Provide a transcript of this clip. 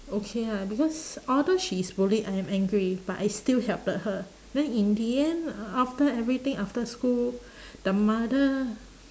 okay ah because although she's late I am angry but I still helped her then in the end after everything after school the mother